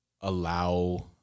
allow